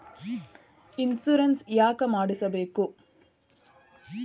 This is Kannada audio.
ಇನ್ಶೂರೆನ್ಸ್ ಯಾಕ್ ಮಾಡಿಸಬೇಕು?